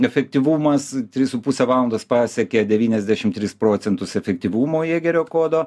efektyvumas trys su puse valandos pasiekė devyniasdešim tris procentus efektyvumo jėgerio kodo